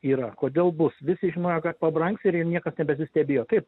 yra kodėl bus visi žinojo kad pabrangs ir jau niekas nebesistebėjo taip